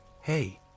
Hey